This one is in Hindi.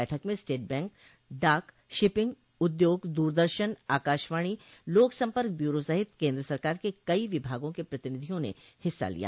बैठक में स्टेट बैंक डाक शिपिंग उद्योग दूरदर्शन आकाशवाणी लोक सम्पर्क ब्यूरो सहित केन्द्र सरकार के कई विभागों के प्रतिनिधियों ने हिस्सा लिया